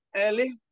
Ellie